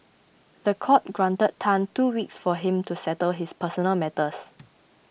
the court granted Tan two weeks for him to settle his personal matters